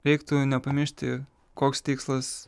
reiktų nepamiršti koks tikslas